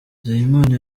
nzeyimana